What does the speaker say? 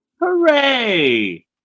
Hooray